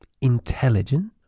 intelligent